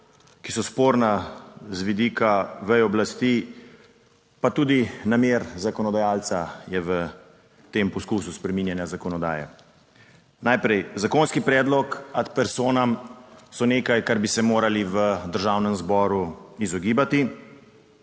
ki so sporna z vidika veje oblasti, pa tudi namer zakonodajalca, je v tem poskusu spreminjanja zakonodaje. Najprej zakonski predlog ad personam so nekaj, kar bi se morali v Državnem zboru izogibati,